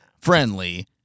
friendly